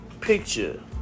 picture